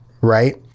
right